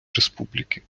республіки